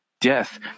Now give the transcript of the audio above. death